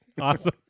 Awesome